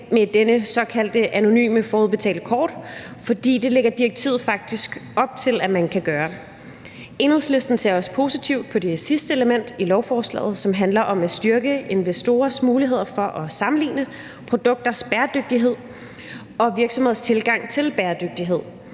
med disse såkaldte anonyme forudbetalte kort, for det lægger direktivet faktisk op til man kan gøre. Enhedslisten ser også positivt på det sidste element i lovforslaget, som handler om at styrke investorers muligheder for at sammenligne produkters bæredygtighed og virksomheders tilgang til bæredygtighed.